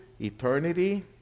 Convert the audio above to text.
eternity